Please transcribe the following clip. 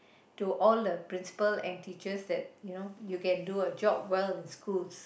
to all the principal and teachers that you know you can do a job well in schools